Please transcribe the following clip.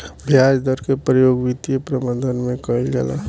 ब्याज दर के प्रयोग वित्तीय प्रबंधन में कईल जाला